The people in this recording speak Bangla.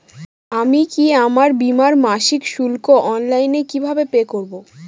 আমি কি আমার বীমার মাসিক শুল্ক অনলাইনে কিভাবে পে করব?